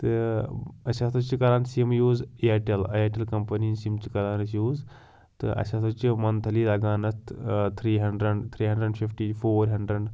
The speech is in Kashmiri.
تہٕ أسۍ ہَسا چھِ کَران sim use Airtel Airtel company ہنٛزۍ سِم چھِ کَران أسۍ یوٗز تہٕ اسہِ ہسا چھِ مَنتھلی لَگان اَتھ ٲں three hundred three hundred fifty four hundred